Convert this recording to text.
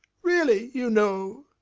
really, you know!